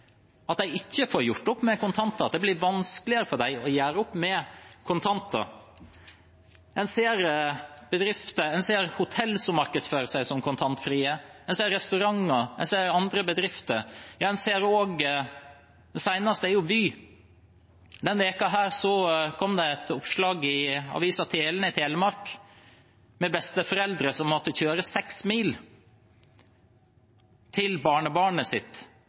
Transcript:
at de ikke får gjort opp med kontanter – at det blir vanskeligere for dem å gjøre opp med kontanter. En ser hoteller som markedsfører seg som kontantfrie, en ser restauranter, og en ser andre bedrifter. Det seneste er Vy. Denne uken kom det et oppslag i avisen Telen i Telemark om besteforeldre som måtte kjøre seks mil til barnebarnet sitt,